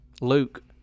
Luke